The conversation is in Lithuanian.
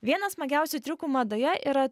vienas smagiausių triukų madoje yra